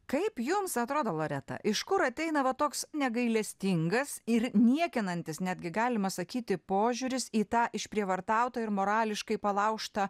kaip jums atrodo loreta iš kur ateina va toks negailestingas ir niekinantis netgi galima sakyti požiūris į tą išprievartautą ir morališkai palaužtą